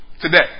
today